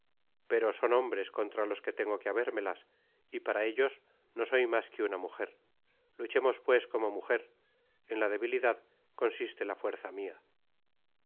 pero son hombres contra los que tengo que habérmelas y para ellos no soy mas que una mujer luchemos pues como mujer en la debilidad consiste la fuerza mia